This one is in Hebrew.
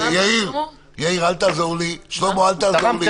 יאיר, אל תעזור לי, שלמה אל תעזור לי.